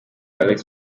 alex